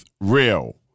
real